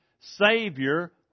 Savior